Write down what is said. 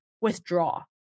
withdraw